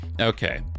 okay